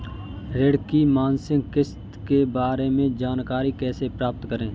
ऋण की मासिक किस्त के बारे में जानकारी कैसे प्राप्त करें?